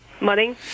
Morning